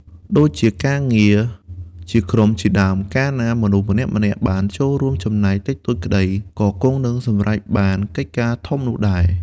ដូចជាការងារជាក្រុមជាដើម កាលណាមនុស្សម្នាក់ៗបានចូលរួមចំណែកតិចតួចក្តី ក៏គង់នឹងបានសម្រេចកិច្ចការធំនោះដែរ។